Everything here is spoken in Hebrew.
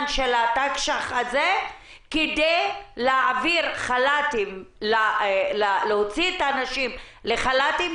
של התקש"ח הזה כדי להוציא את האנשים לחל"תים,